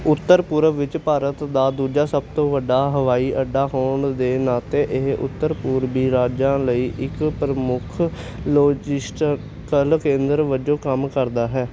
ਉੱਤਰ ਪੂਰਬ ਵਿੱਚ ਭਾਰਤ ਦਾ ਦੂਜਾ ਸਭ ਤੋਂ ਵੱਡਾ ਹਵਾਈ ਅੱਡਾ ਹੋਣ ਦੇ ਨਾਤੇ ਇਹ ਉੱਤਰ ਪੂਰਬੀ ਰਾਜਾਂ ਲਈ ਇੱਕ ਪ੍ਰਮੁੱਖ ਲੌਜਿਸਟਕਲ ਕੇਂਦਰ ਵਜੋਂ ਕੰਮ ਕਰਦਾ ਹੈ